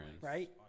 Right